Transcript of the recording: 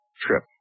trip